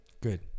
Good